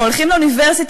או הולכים לאוניברסיטה,